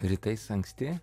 rytais anksti